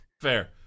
Fair